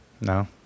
no